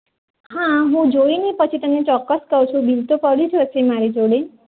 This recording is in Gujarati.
હા હું જોઈને પછી તમને ચોક્કસ કહું છું બિલ તો પડ્યું જ હશે મારી જોડે